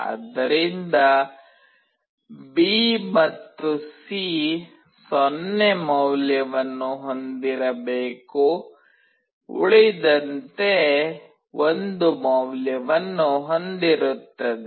ಆದ್ದರಿಂದ ಬಿ ಮತ್ತು ಸಿ 0 ಮೌಲ್ಯವನ್ನು ಹೊಂದಿರಬೇಕು ಉಳಿದಂತೆ 1 ಮೌಲ್ಯವನ್ನು ಹೊಂದಿರುತ್ತದೆ